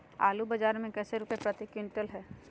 आलू बाजार मे कैसे रुपए प्रति क्विंटल है?